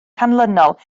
canlynol